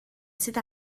sydd